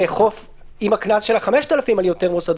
לאכוף עם הקנס של 5,000 שקל על יותר מוסדות.